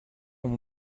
mon